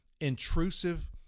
intrusive